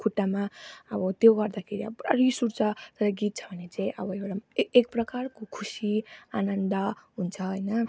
खुट्टामा अब त्यो गर्दाखेरि अब पुरा रिस उठ्छ तर गीत छ भने चाहिँ अब एउटा एक एक प्रकारको खुसी आनन्द हुन्छ होइन